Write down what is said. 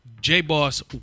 J-Boss